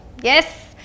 Yes